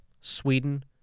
Sweden